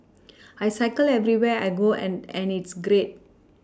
I cycle everywhere I go and and it's great